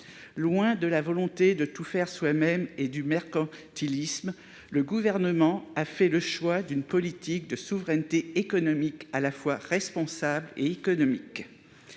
Loin de la volonté de tout faire soi-même et du mercantilisme, le Gouvernement a fait le choix d'une politique de souveraineté économique à la fois responsable et réaliste,